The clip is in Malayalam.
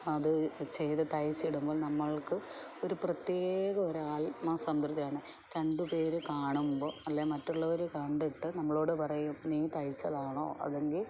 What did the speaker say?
അത് ചെയ്ത് തൈച്ചിടുമ്പോൾ നമ്മൾക്ക് ഒരു പ്രത്യേക ഒരു ആത്മ സംതൃപ്തിയാണ് രണ്ട് പേർ കാണുമ്പോൾ അല്ലേ മറ്റുള്ളവർ കണ്ടിട്ട് നമ്മളോട് പറയും നീ തയ്ച്ചതാണോ അതെങ്കിൽ